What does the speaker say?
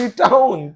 town